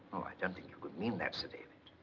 oh, i don't think you could mean that, sir david.